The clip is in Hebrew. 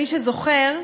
מי שזוכר,